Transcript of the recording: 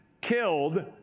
killed